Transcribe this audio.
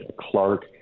Clark